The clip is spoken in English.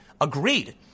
agreed